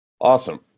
Awesome